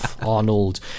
arnold